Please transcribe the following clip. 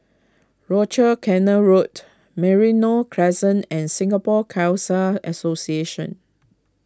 Rochor Canal Road Merino Crescent and Singapore Khalsa Association